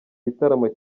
gitaramo